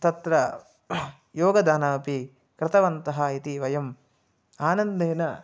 तत्र योगदानमपि कृतवन्तः इति वयम् आनन्देन